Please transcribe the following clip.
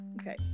Okay